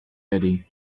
eddie